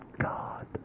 God